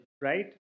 right